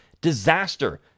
Disaster